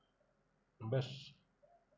बस